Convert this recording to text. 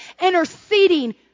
interceding